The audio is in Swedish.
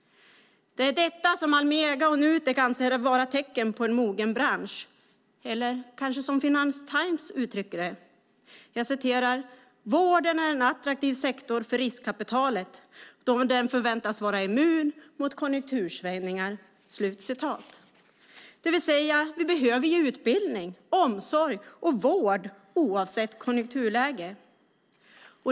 Det är detta som Almega och Nutek anser vara tecken på en mogen bransch - eller som Financial Times uttrycker det: "Vården är en attraktiv sektor för riskkapitalet, då den förväntas vara immun mot konjunktursvängningar." Vi behöver ju utbildning, omsorg och vård oavsett konjunkturläge.